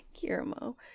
Guillermo